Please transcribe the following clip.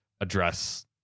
address